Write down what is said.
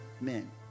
men